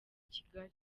kigali